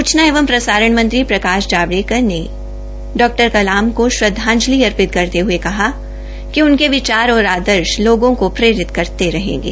सूचना एवं प्रसारण मंत्री प्रकाश जावड़ेकर ने डॉ कलाम को श्रद्धांजलि अर्पित करते हये कहा कि उनके विचार और आदर्श लोगो को प्रेरित करते रहेंगे